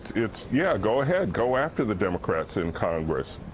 it's, yeah, go ahead, go after the democrats in congress.